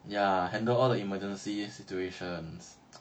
ya handle all the emergency situations